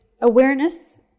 awareness